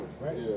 right